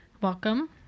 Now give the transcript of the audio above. welcome